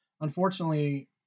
unfortunately